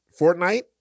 Fortnite